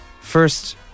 first